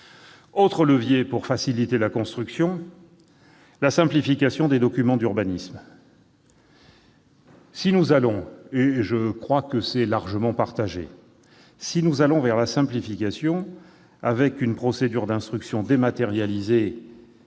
Autre levier pour faciliter la construction : la simplification des documents d'urbanisme. Si nous allons, comme le souhait en est partagé, vers la simplification, avec une procédure d'instruction dématérialisée